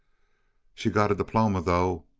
she got a diploma, though.